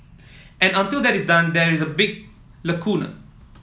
and until that is done there is a big lacuna